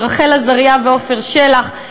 רחל עזריה ועפר שלח.